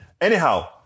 Anyhow